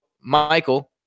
michael